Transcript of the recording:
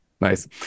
Nice